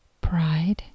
pride